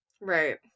Right